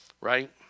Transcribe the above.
Right